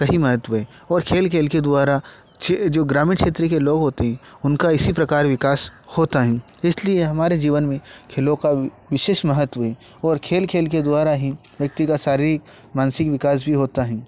कही महत्व है और खेल खेल के द्वारा छे जो ग्रामीण क्षेत्र के लोग होते हैं उनका इसी प्रकार विकास होता है इसलिए हमारे जीवन में खेलों का विशेष महत्व है और खेल खेल के द्वारा ही व्यक्ति का शारीरिक मानसिक विकास भी होता है